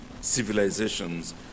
civilizations